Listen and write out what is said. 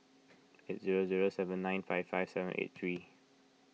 eight zero zero seven nine five five seven eight three